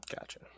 Gotcha